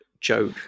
joke